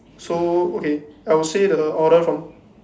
so okay I will say the order from